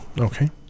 Okay